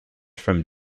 from